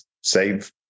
save